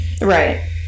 right